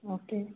okay